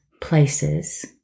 places